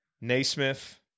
Naismith